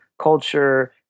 culture